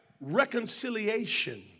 reconciliation